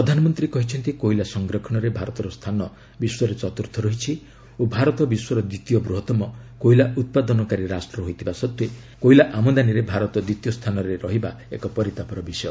ପ୍ରଧାନମନ୍ତ୍ରୀ କହିଛନ୍ତି କୋଇଲା ସଂରକ୍ଷଣରେ ଭାରତର ସ୍ଥାନ ବିଶ୍ୱରେ ଚତ୍ରର୍ଥ ରହିଛି ଓ ଭାରତ ବିଶ୍ୱର ଦ୍ୱିତୀୟ ବୃହତ୍ତମ କୋଇଲା ଉତ୍ପାଦନକାରୀ ରାଷ୍ଟ୍ର ହୋଇଥିବା ସତ୍ତ୍ୱେ କୋଇଲା ଆମଦାନୀରେ ଭାରତ ବିଶ୍ୱରେ ଦ୍ୱିତୀୟ ସ୍ଥାନରେ ରହିବା ଏକ ପରିତାପର ବିଷୟ